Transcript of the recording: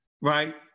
right